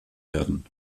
werden